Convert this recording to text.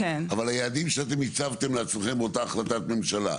אבל היעדים שאתם הצבתם לעצמכם באותה החלטת ממשלה,